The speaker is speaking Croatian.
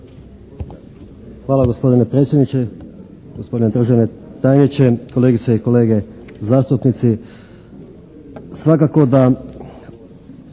Gospodine predsjedniče, gospodine državni tajniče, kolegice i kolege.